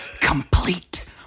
complete